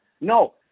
no